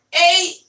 Eight